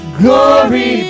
glory